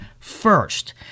First